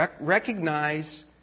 Recognize